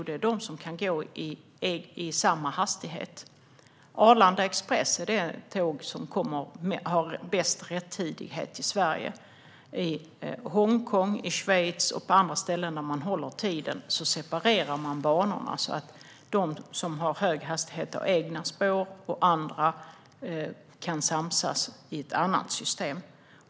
Det är de som kan gå i samma hastighet. Arlanda Express är det tåg som har bäst rättidighet i Sverige. I Hongkong, i Schweiz och på andra ställen där man håller tiden separerar man banorna så att de tåg som har hög hastighet har egna spår medan andra får samsas i ett annat system.